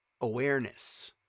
awareness